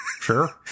sure